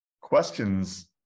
questions